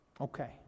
Okay